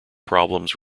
problems